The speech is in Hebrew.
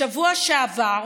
בשבוע שעבר